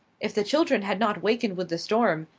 if the children had not wakened with the storm,